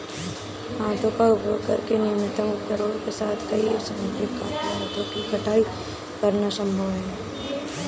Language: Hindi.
हाथों का उपयोग करके न्यूनतम उपकरणों के साथ कई समुद्री खाद्य पदार्थों की कटाई करना संभव है